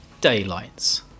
Daylights